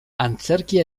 antzerkia